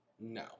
No